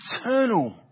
eternal